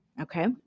Okay